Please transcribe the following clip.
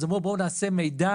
אז אמרו: "בואו נעשה מידע